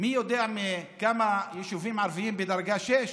מי יודע כמה יישובים ערביים הם בדרגה 6?